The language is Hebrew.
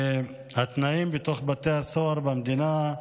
שהתנאים בתוך בתי הסוהר במדינה,